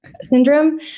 syndrome